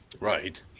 Right